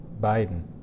Biden